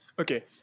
Okay